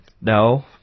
No